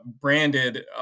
branded